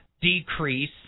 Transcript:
decrease